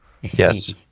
Yes